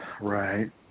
Right